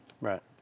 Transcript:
Right